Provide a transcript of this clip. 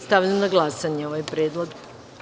Stavljam na glasanje ovaj predlog.